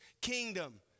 kingdom